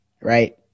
Right